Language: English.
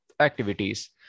activities